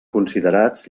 considerats